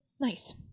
Nice